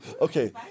Okay